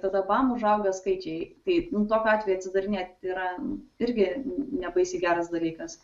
tada bam užauga skaičiai taip tokiu atveju atsidarinėt yra irgi ne baisiai geras dalykas